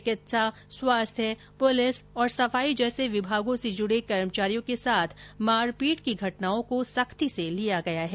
चिकित्सा स्वास्थ्य पुलिस और सफाई जैसे विभागों से जुड़े कर्मचारियों के साथ मारपीट की घटनाओं को सख्ती से लिया गया है